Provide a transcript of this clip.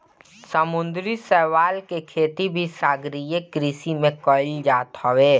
समुंदरी शैवाल के खेती भी सागरीय कृषि में कईल जात हवे